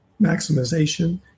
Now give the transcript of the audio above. maximization